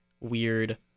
weird